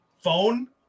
phone